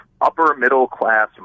upper-middle-class